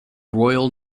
royal